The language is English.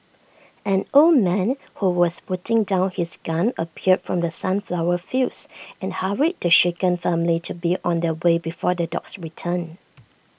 an old man who was putting down his gun appeared from the sunflower fields and hurried the shaken family to be on their way before the dogs return